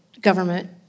government